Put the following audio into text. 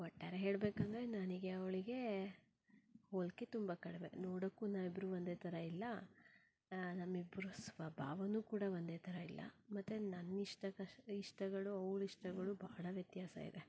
ಒಟ್ಟಾರೆ ಹೇಳಬೇಕಂದ್ರೆ ನನಗೆ ಅವಳಿಗೆ ಹೋಲಿಕೆ ತುಂಬ ಕಡಿಮೆ ನೋಡೋಕ್ಕೂ ನಾವಿಬ್ಬರು ಒಂದೇ ಥರ ಇಲ್ಲ ನಮ್ಮಿಬ್ರ ಸ್ವಭಾವನೂ ಕೂಡ ಒಂದೇ ಥರ ಇಲ್ಲ ಮತ್ತು ನನ್ನಿಷ್ಟ ಕಷ್ಟ ಇಷ್ಟಗಳು ಅವ್ಳ ಇಷ್ಟಗಳು ಭಾಳ ವ್ಯತ್ಯಾಸ ಇದೆ